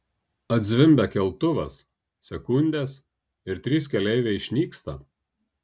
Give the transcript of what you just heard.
atzvimbia keltuvas sekundės ir trys keleiviai išnyksta